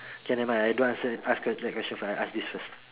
K never mind I don't answer ask that question first I ask this first